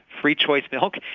free-choice milk,